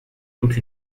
toute